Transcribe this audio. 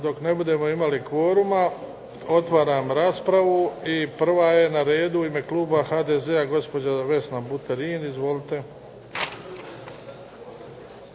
dok ne budemo imali kvoruma. Otvaram raspravu. I prva je u ime Kluba HDZ-a gospođa Vesna Buterin, izvolite.